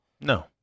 No